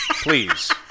please